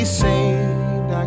saved